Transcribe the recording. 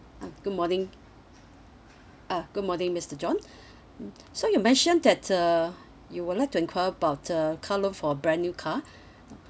ah good morning ah good morning mister john mm so you mention that uh you would like to enquire about the car loan for brand new car